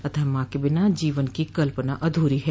अतः मां के बिना जीवन की कल्पना अधूरी है